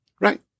Right